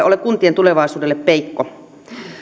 ole kuntien tulevaisuudelle peikko